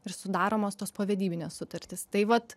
ir sudaromos tos povedybinės sutartys tai vat